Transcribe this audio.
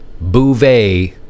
bouvet